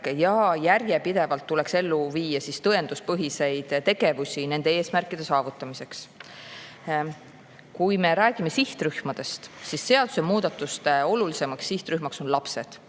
ja järjepidevalt tuleks ellu viia tõenduspõhiseid tegevusi nende eesmärkide saavutamiseks. Kui me räägime sihtrühmadest, siis seadusemuudatuste olulisim sihtrühm on lapsed.